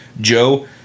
Joe